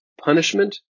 punishment